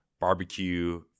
barbecue